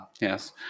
Yes